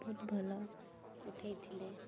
ବହୁତ ଭଲ ଉଠାଇଥିଲେ